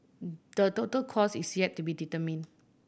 the total cost is yet to be determine